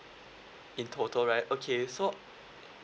in total right okay so